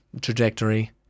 trajectory